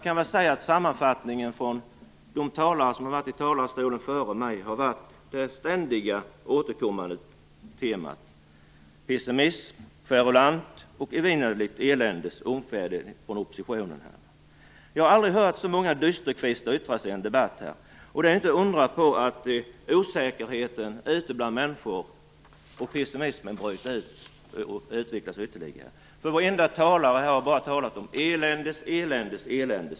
En sammanfattning av de talare som varit uppe i talarstolen före mig skulle kunna vara det ständigt återkommande temat: pessimism, kverulans och ett evinnerligt eländesomkväde från oppositionen. Jag har aldrig hört så många dysterkvistar yttra sig i en debatt. Det är inte att undra på att osäkerhet och pessimism bryter ut och utvecklas ute bland människor. Varenda talare här har bara talat om eländes eländes elände.